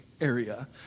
area